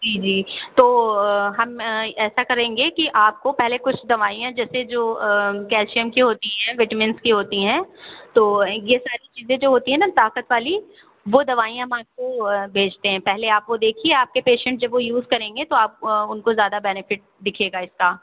जी जी तो हम ऐसा करेंगे कि आपको पहले कुछ दवाइयाँ जैसे जो कैल्शियम की होती हैं विटमिन्स की होती हैं तो ये सारी चीज़ें जो होती हैं न ताकत वाली वो दवाइयाँ हम आपको भेजते हैं पहले आप वो देखिए आपके पेशेन्ट जब वो यूज़ करेंगे तो आप उनको ज़्यादा बेनीफ़िट दिखेगा इसका